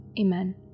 Amen